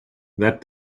that